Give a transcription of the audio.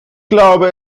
glaube